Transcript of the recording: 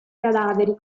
cadaveri